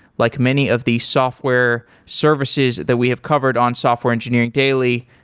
like many of the software services that we have covered on software engineering daily,